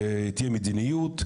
תהיה מדיניות,